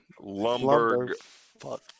Lumberg